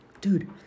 Dude